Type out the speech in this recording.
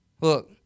Look